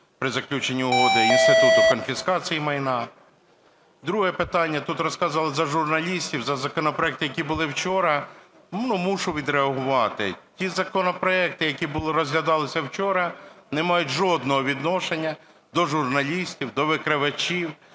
при заключенні угоди інституту конфіскації майна. Друге питання. Тут розказували за журналістів, за законопроекти, які були вчора, мушу відреагувати. Ті законопроекти, які розглядалися вчора, не мають жодного відношення до журналістів, до викривачів,